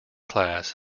class